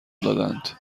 دادند